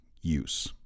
use